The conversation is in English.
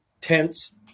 tents